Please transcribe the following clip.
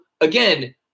again